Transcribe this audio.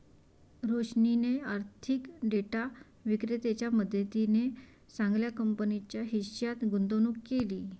रोशनीने आर्थिक डेटा विक्रेत्याच्या मदतीने चांगल्या कंपनीच्या हिश्श्यात गुंतवणूक केली